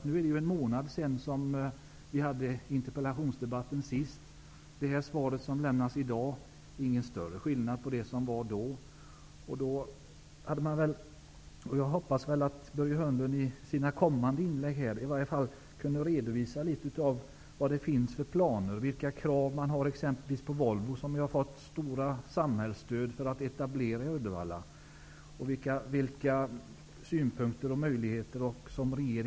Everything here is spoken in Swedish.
Nu är det ju en månad sedan vi senast hade en interpellationsdebatt om detta. Det är ingen större skillnad på det svar som lämnas i dag och det som då lämnades. Jag hoppas att Börje Hörnlund i sina kommande inlägg i dag kan redovisa vilka planer som regeringen har, t.ex. vilka krav regeringen har på Volvo, som ju har fått stora samhällsstöd för att göra etableringar i Uddevalla, och vilka synpunkter regeringen har och vilka möjligheter som den ser.